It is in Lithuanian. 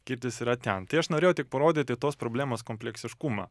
kirtis yra ten tai aš norėjau tik parodyti tos problemos kompleksiškumą